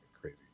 crazy